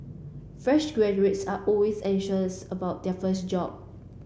fresh graduates are always anxious about their first job